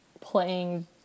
playing